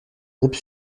groupe